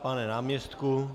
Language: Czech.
Pane náměstku?